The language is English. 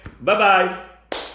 bye-bye